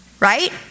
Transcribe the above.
Right